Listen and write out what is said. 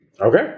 Okay